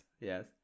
Yes